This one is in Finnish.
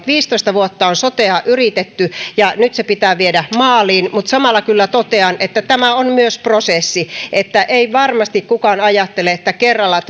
viisitoista vuotta on sotea yritetty ja nyt se pitää viedä maaliin mutta samalla kyllä totean että tämä on myös prosessi eli ei varmasti kukaan ajattele että kerralla